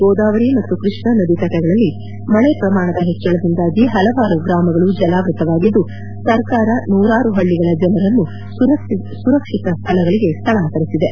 ಗೋದಾವರಿ ಮತ್ತು ಕೃಷ್ಣ ನದಿ ತಟಗಳಲ್ಲಿ ಮಳೆ ಪ್ರಮಾಣದ ಹೆಚ್ಚಳದಿಂದಾಗಿ ಹಲವಾರು ಗ್ರಾಮಗಳು ಜಲಾವೃತವಾಗಿದ್ದು ಸರ್ಕಾರ ನೂರಾರು ಹಳ್ಳಿಗಳ ಜನರನ್ನು ಸುರಕ್ಷಿತ ಸ್ಥಳಗಳಿಗೆ ಸ್ಥಳಾಂತರಿಸಿದೆ